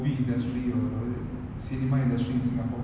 so like now some more it's the COVID era right so